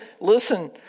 listen